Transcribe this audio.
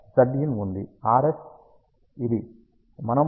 RF ఇది మనము S11 అనుకరణ చార్ట్ నుండి చూశాము